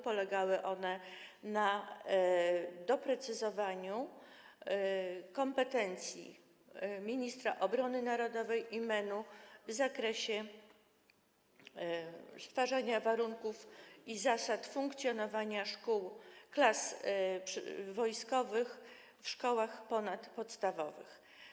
Polegały one na doprecyzowaniu kompetencji ministra obrony narodowej i MEN-u w zakresie stwarzania warunków i zasad funkcjonowania szkół, klas wojskowych w szkołach ponadpodstawowych.